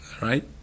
right